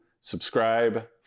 subscribe